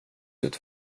sitt